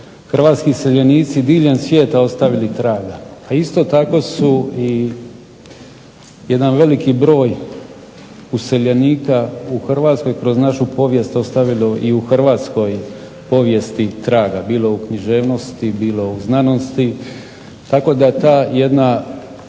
hrvatski iseljenici diljem svijeta ostavili traga, a isto tako su i jedan veliki broj useljenika u Hrvatskoj kroz našu povijest ostavilo i u hrvatskoj povijesti traga, bilo u književnosti, bilo u znanosti. Tako da ta jedna